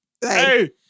hey